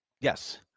Yes